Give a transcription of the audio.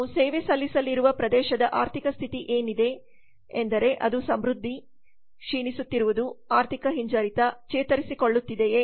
ನಾವು ಸೇವೆ ಸಲ್ಲಿಸಲಿರುವ ಪ್ರದೇಶದ ಆರ್ಥಿಕ ಸ್ಥಿತಿ ಏನಿದೆ ಎಂದರೆ ಅದು ಸಮೃದ್ಧಿ ಕ್ಷೀಣಿಸುತ್ತಿರುವುದು ಆರ್ಥಿಕ ಹಿಂಜರಿತ ಚೇತರಿಸಿಕೊಳ್ಳುತ್ತಿದೆಯೇ